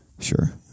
Sure